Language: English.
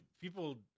people